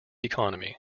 economy